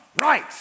right